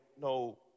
no